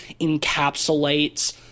encapsulates